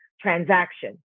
transaction